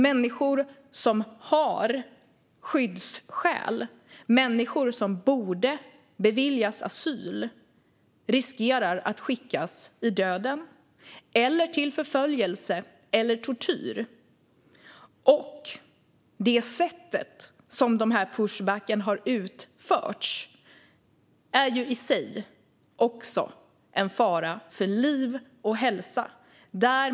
Människor som har skyddsskäl och borde beviljas asyl riskerar att skickas i döden, till förföljelse eller till tortyr. Det sätt på vilket de här pushbacksen har utförts är i sig också en fara för liv och hälsa.